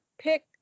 pick